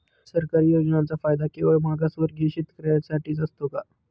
सरकारी योजनांचा फायदा केवळ मागासवर्गीय शेतकऱ्यांसाठीच असतो का?